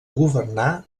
governar